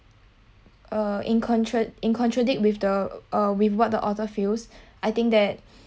uh in contra~ in contradict with the uh with what the author feels I think that